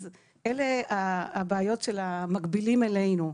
אלה הבעיות של המקבילים אלינו.